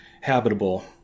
habitable